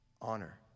Honor